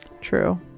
True